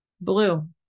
Blue